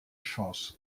chance